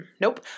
nope